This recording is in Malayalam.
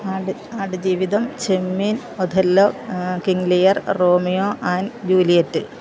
Aadu Aadujeevitham Chemmeen Othello King Lear Romeo and Juliet